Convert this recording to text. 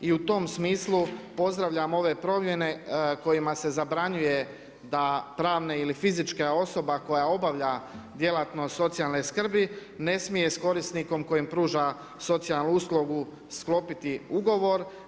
I u tom smislu pozdravljam ove promjene kojima se zabranjuje da pravna ili fizička osoba koja obavlja djelatnost socijalne skrbi ne smije s korisnikom kojem pruža socijalnu uslugu sklopiti ugovor.